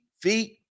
feet